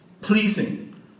Pleasing